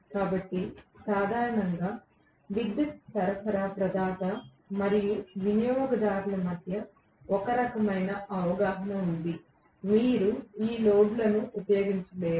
కాబట్టి సాధారణంగా విద్యుత్ సరఫరా ప్రదాత మరియు వినియోగదారుల మధ్య ఒక రకమైన అవగాహన ఉంది మీరు ఈ లోడ్లను ఉపయోగించలేరు